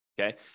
Okay